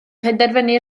penderfynu